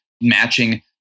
matching